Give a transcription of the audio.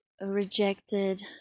rejected